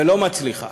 ולא מצליחה,